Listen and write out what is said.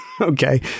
Okay